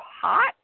hot